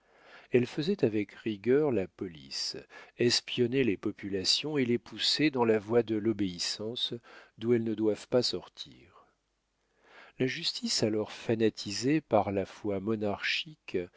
elles faisaient avec rigueur la police espionnaient les populations et les poussaient dans la voie de l'obéissance d'où elles ne doivent pas sortir la justice alors fanatisée par la foi monarchique